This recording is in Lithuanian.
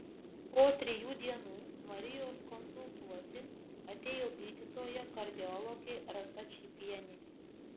po trijų dienų marijos konsultuoti atėjo gydytoja kardiologė rasa čypienė